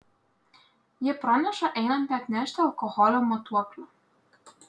ji praneša einanti atnešti alkoholio matuoklio